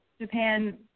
Japan